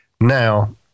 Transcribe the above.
Now